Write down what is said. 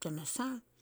Tanasah